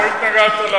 לא התנגדת.